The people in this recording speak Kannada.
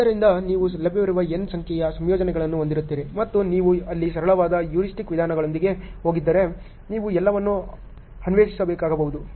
ಆದ್ದರಿಂದ ನೀವು ಲಭ್ಯವಿರುವ n ಸಂಖ್ಯೆಯ ಸಂಯೋಜನೆಗಳನ್ನು ಹೊಂದಿರುತ್ತೀರಿ ಮತ್ತು ನೀವು ಅಲ್ಲಿ ಸರಳವಾದ ಹ್ಯೂರಿಸ್ಟಿಕ್ ವಿಧಾನಗಳೊಂದಿಗೆ ಹೋಗದಿದ್ದರೆ ನೀವು ಎಲ್ಲವನ್ನೂ ಅನ್ವೇಷಿಸಬೇಕಾಗಬಹುದು